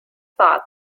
thought